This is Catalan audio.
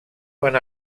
van